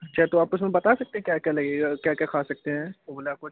अच्छा तो आप उसमें बता सकते हैं क्या क्या लगेगा क्या क्या खा सकते हैं उबला कुछ